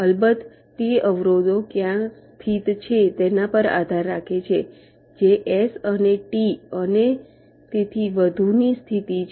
અલબત્ત તે અવરોધો ક્યાં સ્થિત છે તેના પર આધાર રાખે છે જે S અને T અને તેથી વધુની સ્થિતિ છે